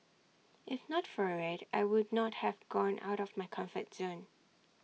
if not for IT I would not have gone out of my comfort zone